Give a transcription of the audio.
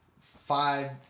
five